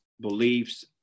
beliefs